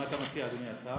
מה אתה מציע, אדוני השר?